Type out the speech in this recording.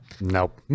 Nope